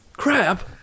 Crap